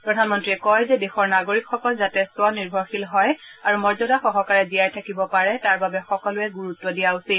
প্ৰধানমন্ত্ৰীয়ে কয় যে দেশৰ নাগৰিক সকল যাতে স্বনিৰ্ভৰশীল হয় আৰু মৰ্যাদাসহকাৰে জীয়াই থাকিব পাৰে তাৰ বাবে সকলোৱে গুৰুত্ দিয়া উচিত